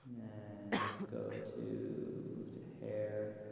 and let's go to to hair.